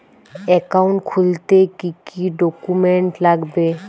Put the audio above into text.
Account খুলতে কি কি ডকুমেন্ট লাগবে?